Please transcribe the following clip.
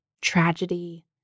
tragedy